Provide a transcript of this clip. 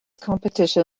competition